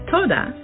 Toda